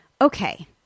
Okay